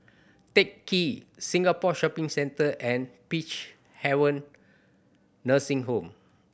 Teck Ghee Singapore Shopping Centre and Peacehaven Nursing Home